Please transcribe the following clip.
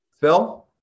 Phil